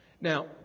Now